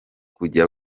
kujya